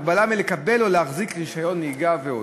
הגבלה מלקבל או להחזיק רישיון נהיגה ועוד.